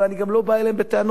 אבל אני גם לא בא אליהם בטענות,